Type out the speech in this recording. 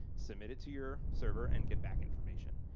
submit it to your server, and get back information.